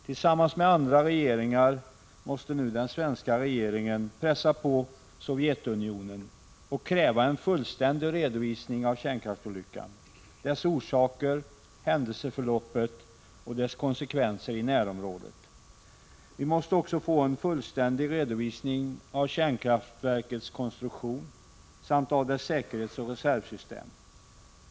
Tillsammans med andra regeringar måste nu den svenska regeringen utöva påtryckningar mot Sovjetunionen och kräva en fullständig redovisning av kärnkraftsolyckan, dess orsaker, händelseförloppet och dess konsekvenser i närområdet. Vi måste också få en fullständig redovisning vad gäller kärnkraftverkets konstruktion samt dess säkerhetsoch reservsystem.